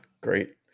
Great